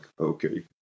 okay